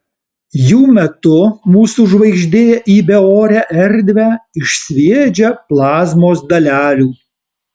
jų metu mūsų žvaigždė į beorę erdvę išsviedžia plazmos dalelių